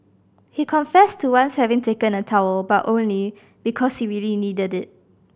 he confessed to once having taken a towel but only because he really needed it